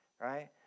right